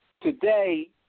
today